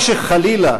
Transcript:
או שחלילה